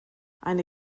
eine